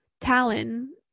Talon